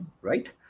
Right